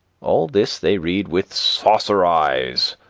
all this they read with saucer eyes,